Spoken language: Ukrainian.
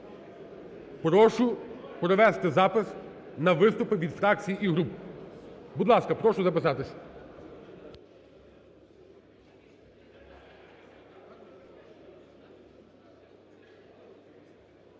прошу провести запис на виступи від фракцій і груп. Будь ласка, прошу записатися.